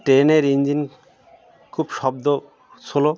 ট্রেনের ইঞ্জিন খুব শব্দ স্লো